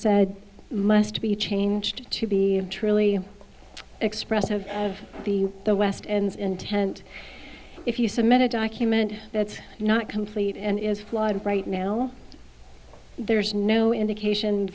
said must be changed to be truly expressive of the the west and intent if you submit a document that's not complete and is flawed right now there's no indication